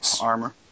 Armor